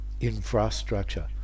infrastructure